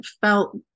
felt